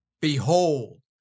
Behold